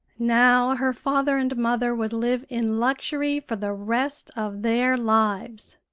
now her father and mother would live in luxury for the rest of their lives!